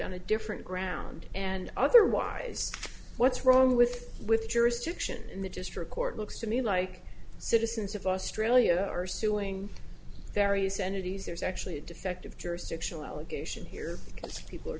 on a different ground and otherwise what's wrong with with jurisdiction in the district court looks to me like citizens of australia are suing various entities there's actually a defective jurisdictional allegation here some people are